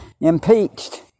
impeached